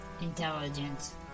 intelligence